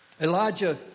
Elijah